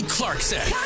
Clarkson